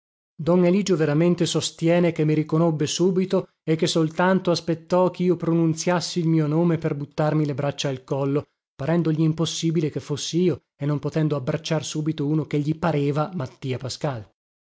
eligio veramente sostiene che mi riconobbe subito e che soltanto aspettò chio pronunziassi il mio nome per buttarmi le braccia al collo parendogli impossibile che fossi io e non potendo abbracciar subito uno che gli pareva mattia pascal